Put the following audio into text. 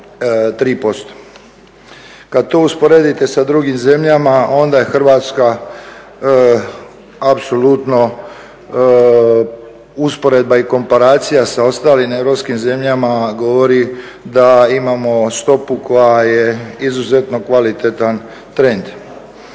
Kada to usporedite sa drugim zemljama onda je Hrvatska apsolutno usporedba i komparacijama sa ostalim europskim zemljama govori da imamo stopu koja je izuzetno kvalitetan trend.